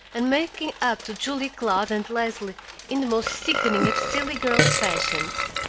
and making up to julia cloud and leslie in the most sickening of silly girl fashions.